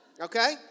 okay